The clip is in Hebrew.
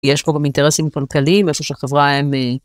יש פה גם אינטרסים פונקליים איזשהו שחברה.